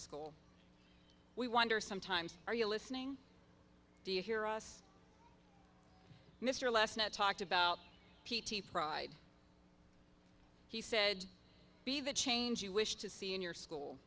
school we wonder sometimes are you listening do you hear us mr less net talked about petey pride he said be the change you wish to see in your school